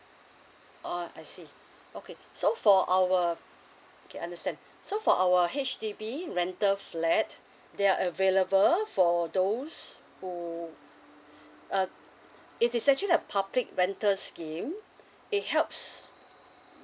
oh I see okay so for our okay understand so for our H_D_B rental flat they are available for those who uh it's actually a public rental scheme it helps